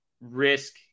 risk